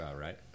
right